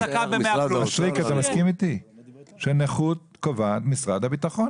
מישרקי, אתה מסכים איתי שמשרד הביטחון